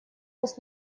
вас